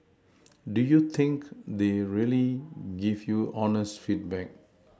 do you think they'd really give you honest feedback